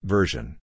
Version